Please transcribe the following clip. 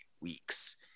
weeks